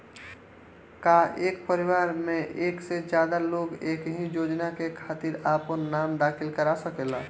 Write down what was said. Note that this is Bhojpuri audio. का एक परिवार में एक से ज्यादा लोग एक ही योजना के खातिर आपन नाम दाखिल करा सकेला?